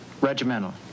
regimental